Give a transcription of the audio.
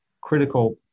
critical